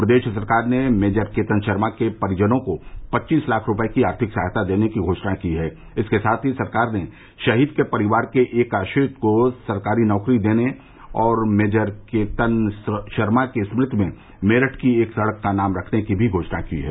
प्रदेश सरकार ने मेजर केतन शर्मा के परिजनों को पच्चीस लाख रूपये की आर्थिक सहायता देने की घोषणा की है इसके साथ ही सरकार ने शहीद के परिवार के एक आश्रित को सरकारी नौकरी देने और मेजर केतन शर्मा की स्मृति में मेरठ की एक सड़क का नाम रखने की भी घोषणा की है